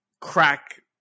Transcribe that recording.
crack